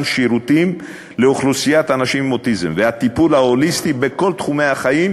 שירותים לאוכלוסיית האנשים עם אוטיזם והטיפול ההוליסטי בכל תחומי החיים,